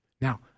Now